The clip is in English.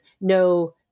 no